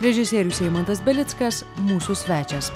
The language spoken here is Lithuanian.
režisierius eimantas belickas mūsų svečias